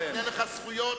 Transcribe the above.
מה קורה כאן?